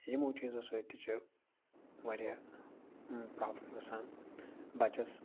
یِمو چیٖزو سۭتۍ تہِ چھِ واریاہ پرٛابلِم گَژھان بَچَس